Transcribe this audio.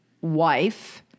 wife